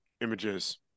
Images